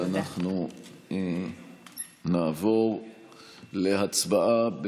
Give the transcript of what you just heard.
ואנחנו נעבור להצבעה,